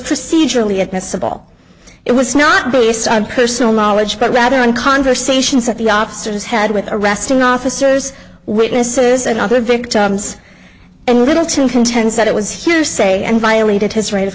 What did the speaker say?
procedurally admissible it was not based on personal knowledge but rather on conversations that the officers had with arresting officers witnesses and other victims and littleton contends that it was hearsay and violated his r